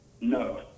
No